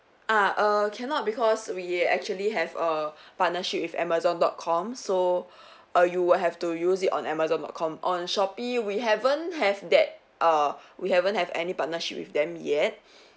ah err cannot because we actually have err partnership with amazon dot com so err you would have to use it on amazon dot com on shopee we haven't have that err we haven't have any partnership with them yet